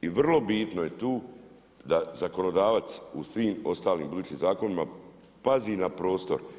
I vrlo bitno je tu da zakonodavac u svim ostalim budućim zakonima pazi na prostor.